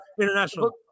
international